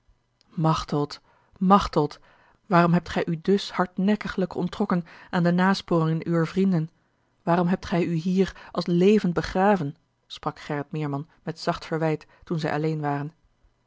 machteld machteld waarom hebt gij u dus hardnekkiglijk onttrokken aan de nasporingen uwer vrienden waarom hebt gij u hier als levend begraven sprak gerrit meerman met zacht verwijt toen zij alleen waren